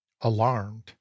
Alarmed